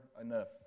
enough